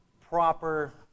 proper